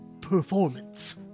performance